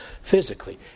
physically